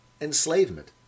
enslavement